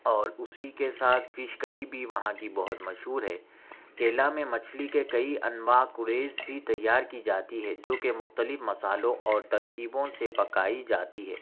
اور اُسی کے ساتھ فش کڑی بھی وہاں کی بہت مشہور ہے کیرلہ میں مچھلی کے کئی انواع کریز بھی تیار کی جاتی ہے جو کہ مختلف مصالحوں اور ترکیبوں سے پکائی جاتی ہے